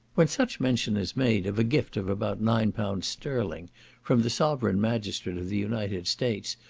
when such mention is made of a gift of about nine pounds sterling from the sovereign magistrate of the united states,